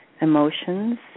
emotions